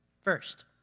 First